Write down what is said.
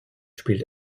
spielt